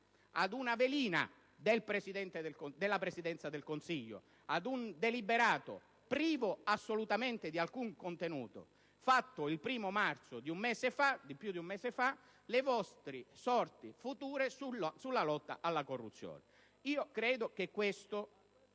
ad una velina della Presidenza del Consiglio, ad un deliberato assolutamente privo di alcun contenuto, fatto il 1° marzo, più di un mese fa, le vostre sorti future sulla lotta alla corruzione. Credo che questo